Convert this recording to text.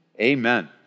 Amen